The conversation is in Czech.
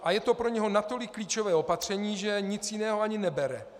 A je to pro něho natolik klíčové opatření, že nic jiného ani nebere.